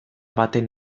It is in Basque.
baten